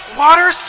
water